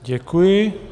Děkuji.